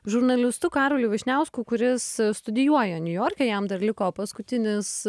žurnalistu karoliu vyšniausku kuris studijuoja niujorke jam dar liko paskutinis